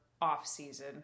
off-season